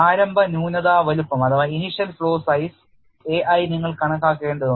പ്രാരംഭ ന്യൂനത വലുപ്പം a i നിങ്ങൾ കണക്കാക്കേണ്ടതുണ്ട്